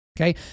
okay